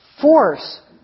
force